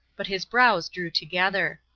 but his brows drew together.